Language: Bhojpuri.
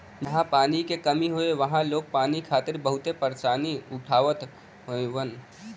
जहां पानी क कमी हौ वहां लोग पानी खातिर बहुते परेशानी उठावत हउवन